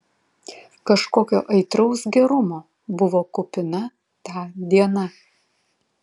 kažkokio aitraus gerumo buvo kupina ta diena